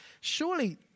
surely